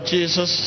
Jesus